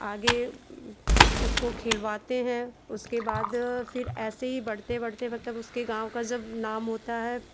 आगे उसको खेलवाते हैं उसके बाद फिर ऐसे ही बढ़ते बढ़ते मतलब उसके गाँव का जब नाम होता है